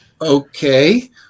Okay